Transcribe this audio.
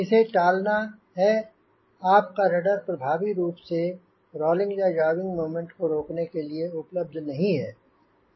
इसे टालना है आपका रडर प्रभावी रूप से रॉलिंग या याविंग मोमेंट को रोकने के लिए उपलब्ध नहीं है